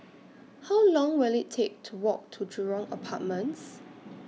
How Long Will IT Take to Walk to Jurong Apartments